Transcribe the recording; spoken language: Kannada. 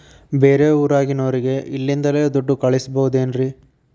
ಬೇರೆ ಊರಾಗಿರೋರಿಗೆ ಇಲ್ಲಿಂದಲೇ ದುಡ್ಡು ಕಳಿಸ್ಬೋದೇನ್ರಿ?